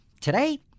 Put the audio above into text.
Today